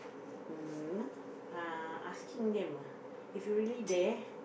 mm uh asking them ah if you really there